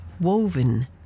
Woven